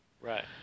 Right